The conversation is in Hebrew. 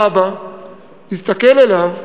והאבא הסתכל אליו,